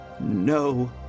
no